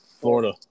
Florida